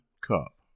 cup